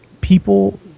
People